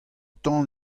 tan